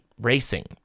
racing